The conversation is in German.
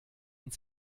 und